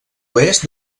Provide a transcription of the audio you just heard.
oest